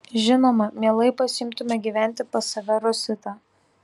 žinoma mielai pasiimtume gyventi pas save rositą